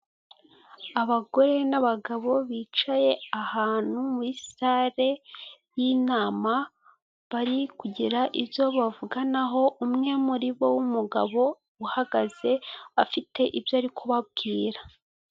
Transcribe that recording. Abagore n’abagabo bicaye ahantu muri sale y’inana bari kugira ibyo bavuganaho umwe muri bo w'umugabo uhagaze afite ibyo ari kubabwira.